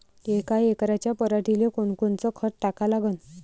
यका एकराच्या पराटीले कोनकोनचं खत टाका लागन?